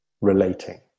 relating